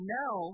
now